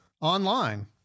online